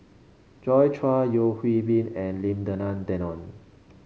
Joi Chua Yeo Hwee Bin and Lim Denan Denon